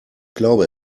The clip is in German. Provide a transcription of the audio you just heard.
glaube